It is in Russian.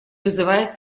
вызывает